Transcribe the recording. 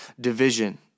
division